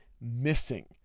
missing